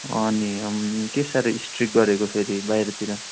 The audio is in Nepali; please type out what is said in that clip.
नि के साह्रो स्ट्रिक्ट गरेको फेरि बाहिरतिर